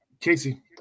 Casey